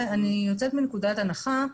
אני יוצאת מנקודת הנחה,